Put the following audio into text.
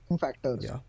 factors